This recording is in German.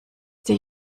der